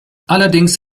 allerdings